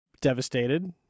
devastated